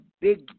big